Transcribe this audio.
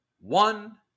one